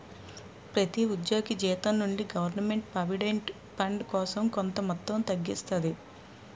ప్రతి ఉద్యోగి జీతం నుండి గవర్నమెంట్ ప్రావిడెంట్ ఫండ్ కోసం కొంత మొత్తం తగ్గిస్తాది